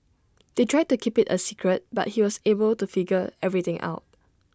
they tried to keep IT A secret but he was able to figure everything out